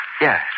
Yes